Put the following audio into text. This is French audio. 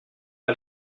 pas